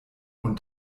und